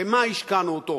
במה השקענו אותו?